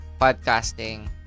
podcasting